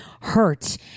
hurt